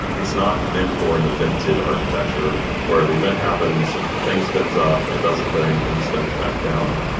it's not meant for an invented architecture where the event happens, the thing spins up, it does the thing and spins back down,